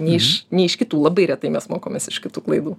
ne iš ne iš kitų labai retai mes mokomės iš kitų klaidų